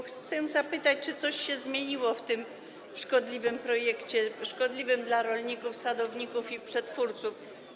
Chcę zapytać, czy coś się zmieniło w tym szkodliwym projekcie, szkodliwym dla rolników, sadowników i przetwórców.